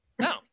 No